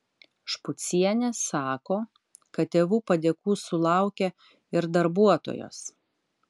špucienė sako kad tėvų padėkų sulaukia ir darbuotojos